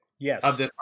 Yes